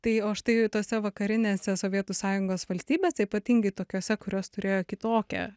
tai o štai tose vakarinėse sovietų sąjungos valstybėse ypatingai tokiose kurios turėjo kitokią